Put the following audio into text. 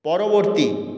পরবর্তী